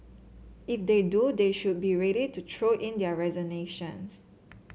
if they do they should be ready to throw in their resignations